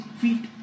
feet